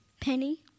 Penny